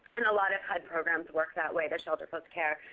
and a lot of hud programs work that way. the shelter plus care